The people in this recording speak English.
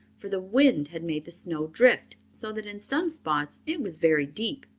for the wind had made the snow drift, so that in some spots it was very deep.